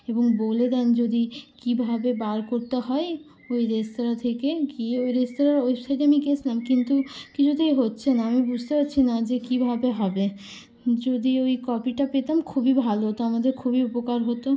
এবং বলে দেন যদি কিভাবে বার করতে হয় ওই রেস্তোরাঁ থেকে গিয়ে ওই রেস্তোরাঁর ওয়েবসাইটে আমি গিয়েছিলাম কিন্তু কিছুতেই হচ্ছে না আমি বুঝতে পারছি না যে কিভাবে হবে যদি ওই কপিটা পেতাম খুবই ভালো হতো আমাদের খুবই উপকার হতো